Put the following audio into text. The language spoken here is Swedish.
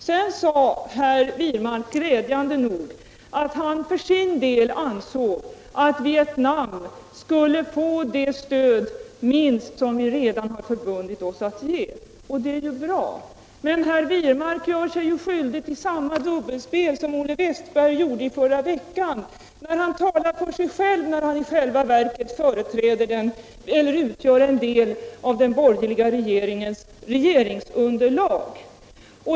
Sedan sade herr Wirmark glädjande nog att han för sin del ansåg att Vietnam minst skulle få det stöd som vi redan förbundit oss att ge. Det är ju bra. Men herr Wirmark gör sig ju skyldig till samma dubbelspel som Olle Wästberg förra veckan. Han talar för sig själv när han i själva verket utgör en del av det borgerliga regeringsunderlaget.